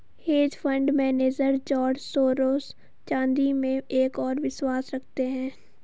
hedge fund manager George Soros चांदी में एक और विश्वास रखते हैं